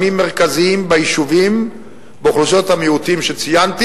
מרכזיים ביישובים באוכלוסיית המיעוטים שציינתי,